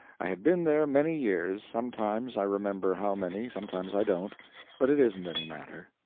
i had been there many years sometimes i remember how many, sometimes i don't but it isn't any matter.